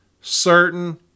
certain